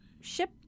ship